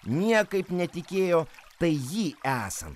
niekaip netikėjo tai jį esant